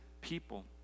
people